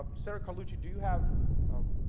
ah so carlucci do you have